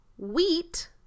Wheat